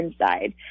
inside